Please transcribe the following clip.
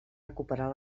recuperar